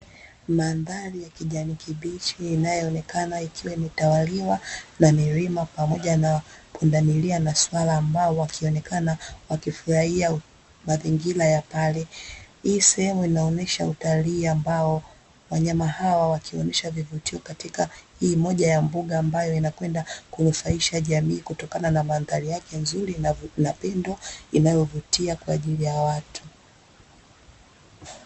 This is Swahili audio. Mandhari ya kijani kibichi inayoonekana ikiwa imetawaliwa na milima pamoja na pundamilia na swala ambao wakionekana wakifurahia mazingira ya pale. Hii sehemu inaonyesha utalii ambao wanyama hawa wakionyesa vivutio katika hii moja ya mbuga ambayo inakwenda kunufaisha jamii kutokana na mandhari yake nzuri na hii ndo inayovutia kwa ajili ya watu.